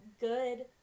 good